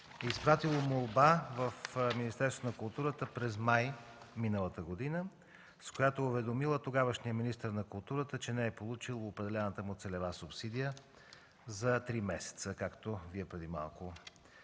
през месец май миналата година, с която е уведомило тогавашния министър на културата, че не е получило определената му целева субсидия за три месеца, както Вие преди малко